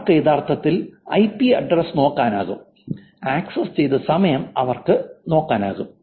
അവർക്ക് യഥാർത്ഥത്തിൽ I P address നോക്കാനാകും ആക്സസ് ചെയ്ത സമയം അവർക്ക് നോക്കാനാകും